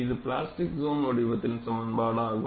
இது plastic zone வடிவத்தின் சமன்பாடு ஆகும்